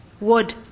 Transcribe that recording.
wood